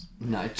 No